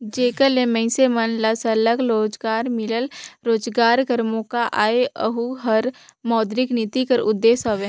जेकर ले मइनसे मन ल सरलग रोजगार मिले, रोजगार कर मोका आए एहू हर मौद्रिक नीति कर उदेस हवे